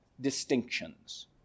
distinctions